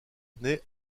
naît